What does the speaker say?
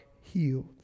healed